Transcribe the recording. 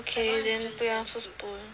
okay then 不要 Soup Spoon